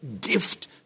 gift